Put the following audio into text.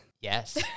Yes